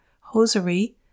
hosiery